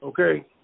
okay